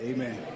Amen